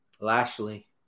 Lashley